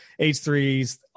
H3s